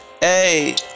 hey